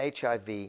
HIV